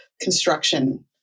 construction